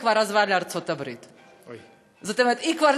היא כבר